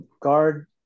guard